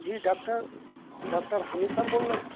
جی doctor doctor Hamid صاحب بول رہے ہیں